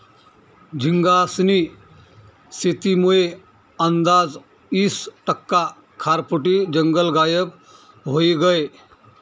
झींगास्नी शेतीमुये आंदाज ईस टक्का खारफुटी जंगल गायब व्हयी गयं